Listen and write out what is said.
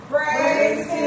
Praise